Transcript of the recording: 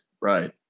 Right